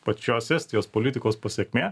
pačios estijos politikos pasekmė